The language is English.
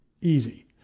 easy